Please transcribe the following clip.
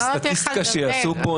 בסטטיסטיקה שיעשו פה,